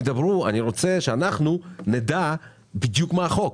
ידברו אני רוצה שאנחנו נדע בדיוק מה החוק.